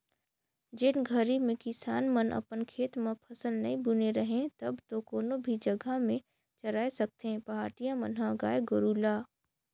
जेन घरी में किसान मन अपन खेत म फसल नइ बुने रहें तब तो कोनो भी जघा में चराय सकथें पहाटिया मन ह गाय गोरु ल